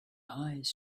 eyes